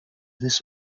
this